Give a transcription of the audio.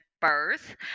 birth